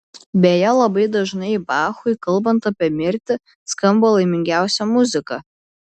beje labai dažnai bachui kalbant apie mirtį skamba laimingiausia muzika